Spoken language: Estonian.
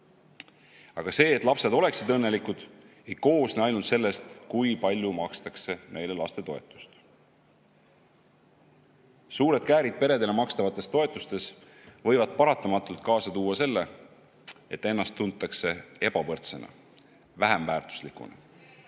Aga see, et lapsed oleksid õnnelikud, ei koosne ainult sellest, kui palju makstakse neile lastetoetust. Suured käärid peredele makstavates toetustes võivad paratamatult kaasa tuua selle, et ennast tuntakse ebavõrdsena, vähem väärtuslikuna.